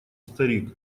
старик